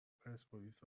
پرسپولیس